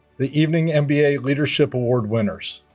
the evening and mba leadership award winners